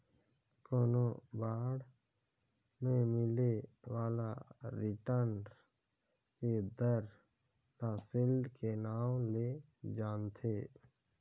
कोनो बांड मे मिले बाला रिटर्न के दर ल सील्ड के नांव ले जानथें